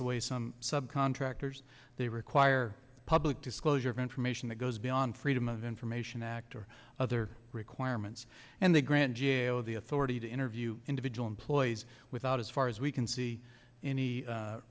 away some sub contractors they require public disclosure of information that goes beyond freedom of information act or other requirements and they grant g a o the authority to interview individual employees without as far as we can see any